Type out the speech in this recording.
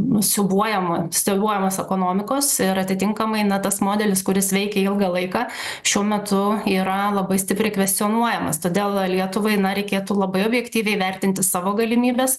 sibuojama styguojamos ekonomikos ir atitinkamai na tas modelis kuris veikė ilgą laiką šiuo metu yra labai stipriai kvestionuojamas todėl lietuvai na reikėtų labai objektyviai vertinti savo galimybes